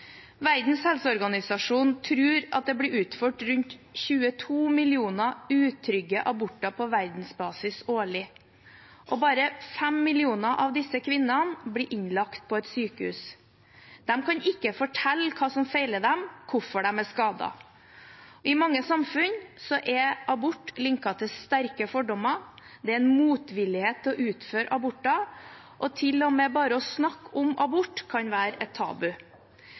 Verdens helseorganisasjon tror at det blir utført rundt 22 millioner utrygge aborter på verdensbasis årlig, og bare 5 millioner av disse kvinnene blir innlagt på et sykehus. De kan ikke fortelle hva som feiler dem, hvorfor de er skadet. I mange samfunn er abort linket til sterke fordommer. Det er en motvilje mot å utføre aborter. Til og med det å snakke om abort kan være tabu.